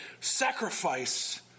sacrifice